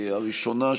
הראשונה,